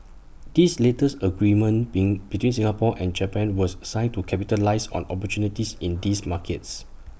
this latest agreement been between Singapore and Japan was signed to capitalise on opportunities in these markets